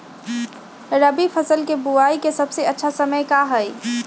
रबी फसल के बुआई के सबसे अच्छा समय का हई?